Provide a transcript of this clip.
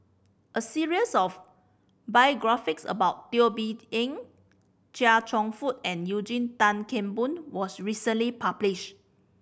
a series of biographies about Teo Bee Yen Chia Cheong Fook and Eugene Tan Kheng Boon was recently publish